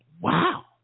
Wow